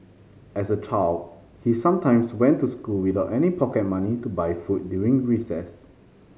as a child he sometimes went to school without any pocket money to buy food during recess